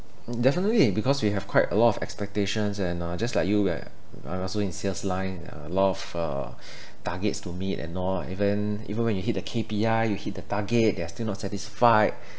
definitely because we have quite a lot of expectations and uh just like you we are I'm also in sales line uh lot of uh targets to meet and all even even when you hit the K_P_I you hit the target they are still not satisfied